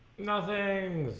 nothing